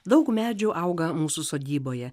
daug medžių auga mūsų sodyboje